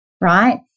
right